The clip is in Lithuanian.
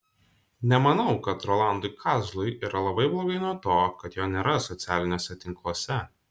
nemanau kad rolandui kazlui yra labai blogai nuo to kad jo nėra socialiniuose tinkluose